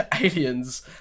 aliens